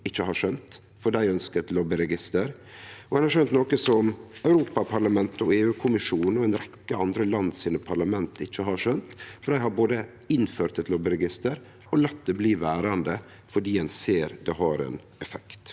ikkje har skjønt, for dei ønskjer eit lobbyregister. Ein har skjønt noko som Europaparlamentet, EU-kommisjonen og ei rekkje parlament i andre land ikkje har skjønt, for dei har både innført eit lobbyregister og latt det bli verande fordi ein ser det har ein effekt.